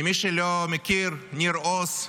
למי שלא מכיר, ניר עוז,